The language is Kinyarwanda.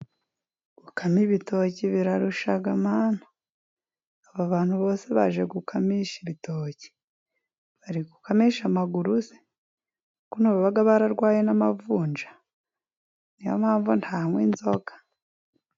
Gukama ibitoki birarushya Mana！ Aba bantu bose baje gukamisha ibitoki？ Bari gukamisha amaguru se？ko naroraga bararwaye n'amavunja. Niyo mpamvu ntanywa inzoga.